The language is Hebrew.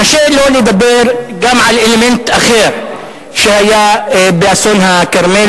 קשה שלא לדבר גם על אלמנט אחר שהיה באסון הכרמל,